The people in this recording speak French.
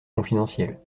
confidentiel